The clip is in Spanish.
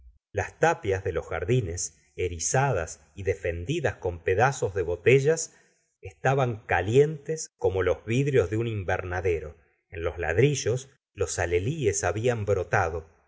las tapias de los jardines herizadas y defendidas oon pedazos de botella estaban calientes como los vidrios de un invernadero en los ladrillos los alelíes hablan brotado